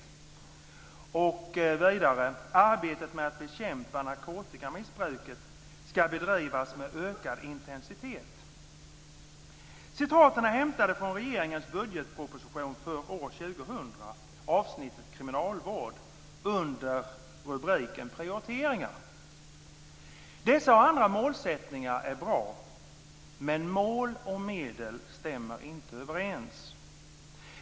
Jag vill citera vidare: "Arbetet med att bekämpa narkotikamissbruket skall bedrivas med ökad intensitet." Citaten är hämtade från regeringens budgetproposition för år 2000 och avsnittet om kriminalvård. Rubriken är Prioriteringar. Dessa och andra målsättningar är bra, men mål och medel stämmer inte överens.